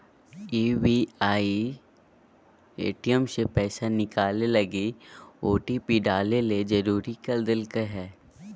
SBI ATM से पैसा निकलैय लगी ओटिपी डाले ले जरुरी कर देल कय हें